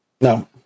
no